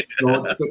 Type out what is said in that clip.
no